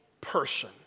person